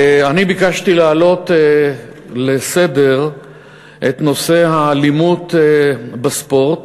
ביקשתי להעלות לסדר-היום את נושא האלימות בספורט.